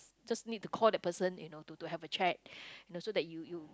just need to call that person you know to to have a chat you know so that you you